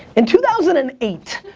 in two thousand and eight,